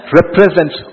represents